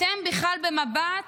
אתם בכלל במבט